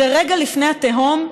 זה רגע לפני התהום,